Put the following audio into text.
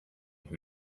who